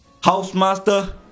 Housemaster